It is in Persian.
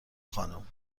خانم